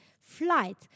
flight